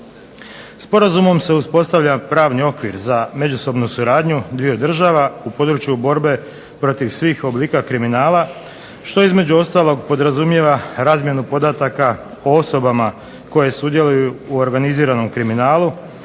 Sporazumom se uspostavlja pravni okvir za međusobnu suradnju dviju država u području borbe protiv svih oblika kriminala što između ostalog podrazumijeva razmjenu podataka o osobama koje sudjeluju u organiziranom kriminalu,